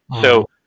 So-